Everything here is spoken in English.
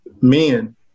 men